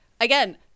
again